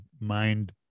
mind